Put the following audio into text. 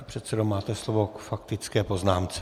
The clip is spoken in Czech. Pane předsedo, máte slovo k faktické poznámce.